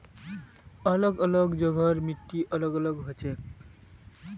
अलग अलग जगहर मिट्टी अलग अलग हछेक